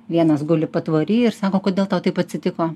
vienas guli patvory ir sako kodėl tau taip atsitiko